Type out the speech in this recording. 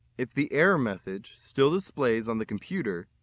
if the error message still displays on the computer,